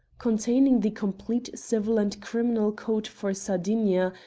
containing the complete civil and criminal code for sardinia,